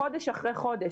חודש אחרי חודש,